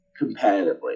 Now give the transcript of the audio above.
competitively